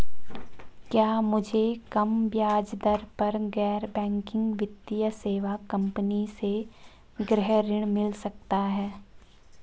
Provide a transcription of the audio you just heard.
क्या मुझे कम ब्याज दर पर गैर बैंकिंग वित्तीय सेवा कंपनी से गृह ऋण मिल सकता है?